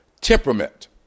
temperament